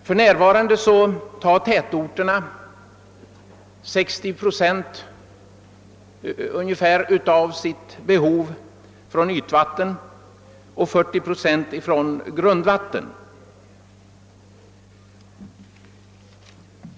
För närvarande tar tätorterna ungefär 60 procent av sitt behov från ytvatten och 40 procent från grundvatten.